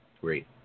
Great